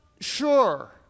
sure